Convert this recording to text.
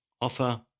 Offer